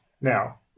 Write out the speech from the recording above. now